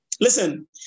Listen